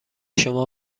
شما